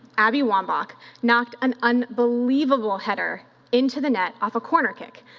abby wambach knocked an unbelievable header into the net off a corner kick,